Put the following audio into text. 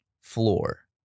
floor